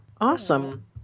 Awesome